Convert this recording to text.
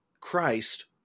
Christ